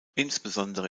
insbesondere